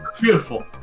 Beautiful